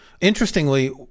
Interestingly